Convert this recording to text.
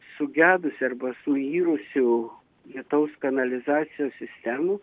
sugedusių arba suirusių lietaus kanalizacijos sistemų